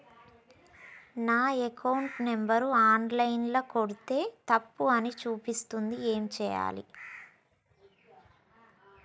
నా account number online ల కొడ్తే తప్పు అని చూపిస్తాంది ఏం చేయాలి?